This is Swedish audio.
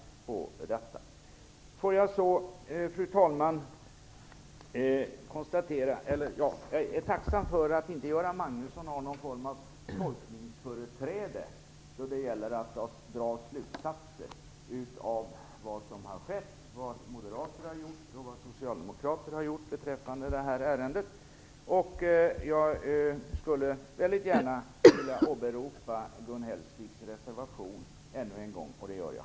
Det är alltså skillnad. Jag är tacksam för att Göran Magnusson inte har någon form av tolkningsföreträde när det gäller att dra slutsatser av vad som har skett - vad moderater har gjort och vad socialdemokrater har gjort i det här ärendet. Jag skulle gärna vilja åberopa Gun Hellsviks reservation ännu en gång, och det gör jag.